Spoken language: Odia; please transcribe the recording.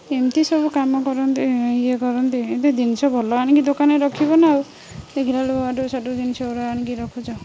ଏମିତି ସବୁ କାମ କରନ୍ତି ଇଏ କରନ୍ତି ଏମିତି ଜିନିଷ ଭଲ ଆଣିକି ଦୋକାନରେ ରଖିବ ନା ଆଉ ଦେଖିଲା ଇଆଡ଼ୁ ସିଆଡ଼ୁ ଜିନିଷଗୁଡ଼ା ଆଣିକି ରଖୁଛ